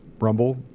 Rumble